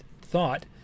thought